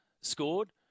scored